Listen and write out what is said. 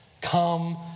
come